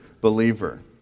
believer